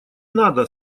надо